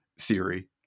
theory